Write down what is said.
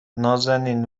نازنین